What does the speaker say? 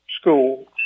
school